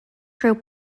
group